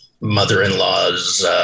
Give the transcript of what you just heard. mother-in-law's